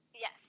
Yes